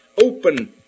open